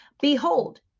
Behold